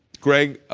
greg,